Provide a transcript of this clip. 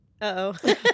Uh-oh